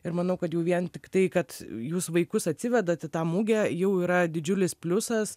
ir manau kad jau vien tiktai kad jūs vaikus atsivedat į tą mugę jau yra didžiulis pliusas